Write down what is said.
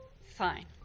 fine